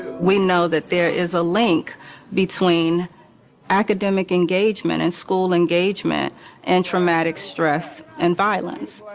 we know that there is a link between academic engagement and school engagement and traumatic stress and violence.